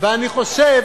ואני חושב,